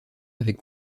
avec